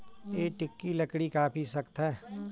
यह टीक की लकड़ी काफी सख्त है